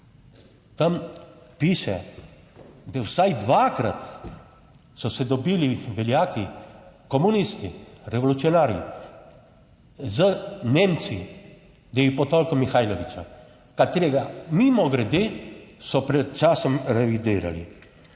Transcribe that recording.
tam piše, da vsaj dvakrat so se dobili veljaki komunisti, revolucionarji z Nemci, da je potolkel Mihajlovića, katerega mimogrede so pred časom revidirali.